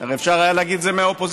אפשר היה להגיד את זה גם מהאופוזיציה.